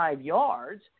yards